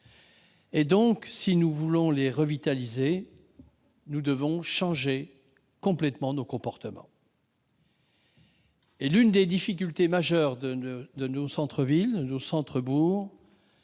Si nous voulons les revitaliser, nous devons donc changer complètement nos comportements. L'une des difficultés majeures de nos centres-villes et de nos centres-bourgs,